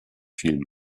fielen